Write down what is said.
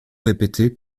répétés